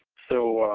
so,